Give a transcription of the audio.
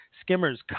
skimmers